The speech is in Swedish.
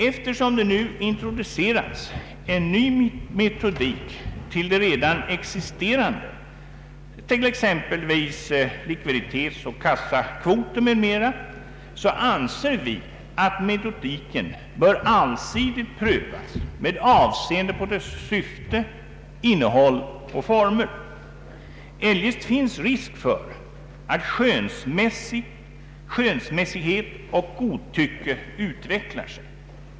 Eftersom det nu introducerats en ny metodik till de redan existerande, såsom likviditetsoch kassakvoter, så anser vi att metodiken bör allsidigt prövas med avseende på dess syfte, innehåll och former. Eljest finns risk för att skönsmässighet och godtycke utvecklas.